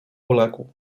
uległ